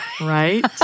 Right